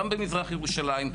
גם במזרח ירושלים,